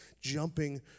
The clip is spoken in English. jumping